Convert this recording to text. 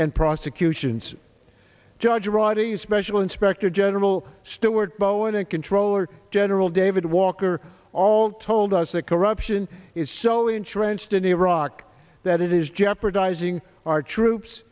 and prosecutions judge radi special inspector general stuart bowen and controller general david walker all told us that corruption is so entrenched in iraq that it is jeopardizing our troops